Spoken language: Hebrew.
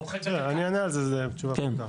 אני אענה על זה, זה תשובה פשוטה.